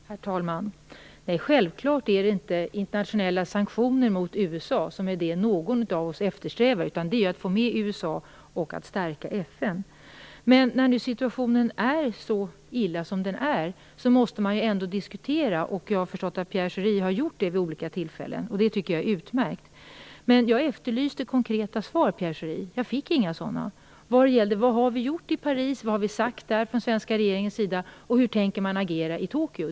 Herr talman! Nej, självklart är det inte internationella sanktioner mot USA som någon av oss eftersträvar, utan det är att få med USA och att stärka FN. Men när nu situationen är så illa som den är måste man ändå diskutera. Jag har förstått att Pierre Schori har gjort det vid olika tillfällen. Det tycker jag är utmärkt. Men jag efterlyste konkreta svar, Pierre Schori. Jag fick inga sådana. Vad har vi gjort i Paris? Vad har svenska regeringen sagt där? Hur tänker man agera i Tokyo?